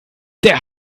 der